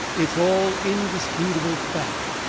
it's all indisputable fact,